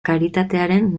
karitatearen